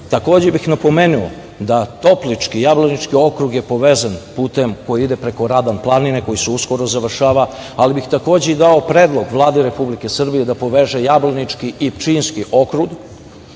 bih napomenuo da Toplički, Jablanički okrug je povezan putem koji ide preko Radan planine, koji se uskoro završava, ali bih dao i predlog Vladi Republike Srbije, da poveže Jablanički i Pčinjski okrug,